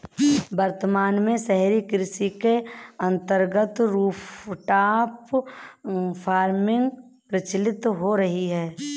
वर्तमान में शहरी कृषि के अंतर्गत रूफटॉप फार्मिंग प्रचलित हो रही है